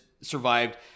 survived